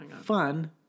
fun